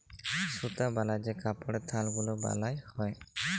সুতা বালায় যে কাপড়ের থাল গুলা বালাল হ্যয়